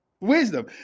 Wisdom